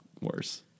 worse